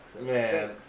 Man